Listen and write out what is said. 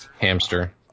Hamster